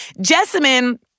Jessamine